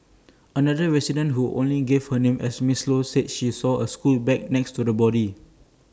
another resident who only gave her name as Ms low said she saw A school bag next to the body